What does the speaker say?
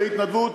בהתנדבות.